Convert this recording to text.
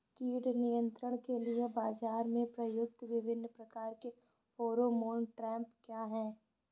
कीट नियंत्रण के लिए बाजरा में प्रयुक्त विभिन्न प्रकार के फेरोमोन ट्रैप क्या है?